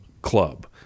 club